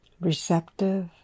receptive